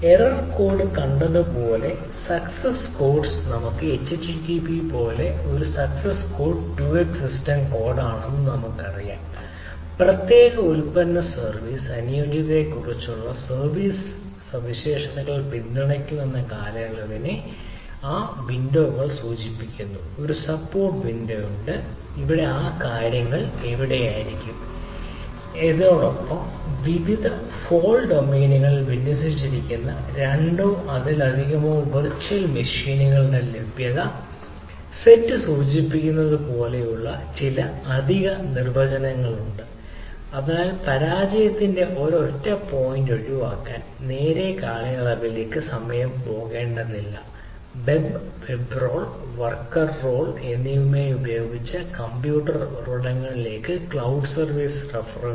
error code കണ്ടതുപോലുള്ള success code എന്നിവയ്ക്കായി ഉപയോഗിച്ച കമ്പ്യൂട്ട് ഉറവിടങ്ങളിലേക്ക് ക്ലൌഡ് സർവീസ് റഫററുകൾ